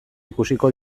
ikusiko